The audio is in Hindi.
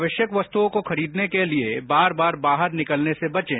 आवश्यक वस्तुओं को खरीदने के ॅलिए बार बार बाहर निकलने से बचें